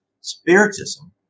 Spiritism